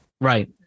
Right